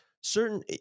Certain